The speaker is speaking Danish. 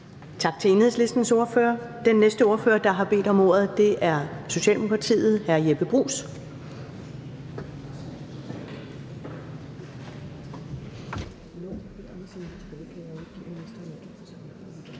Tak til Enhedslistens ordfører. Den næste ordfører, der har bedt om ordet, er Socialdemokratiets hr. Jeppe Bruus.